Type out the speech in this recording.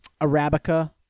Arabica